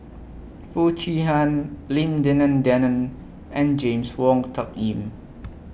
Foo Chee Han Lim Denan Denon and James Wong Tuck Yim